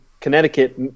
Connecticut